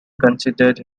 considered